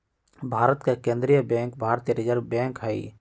भारत के केंद्रीय बैंक भारतीय रिजर्व बैंक हइ